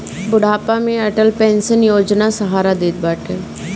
बुढ़ापा में अटल पेंशन योजना सहारा देत बाटे